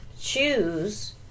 choose